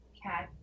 cat